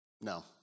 No